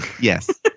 Yes